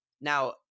Now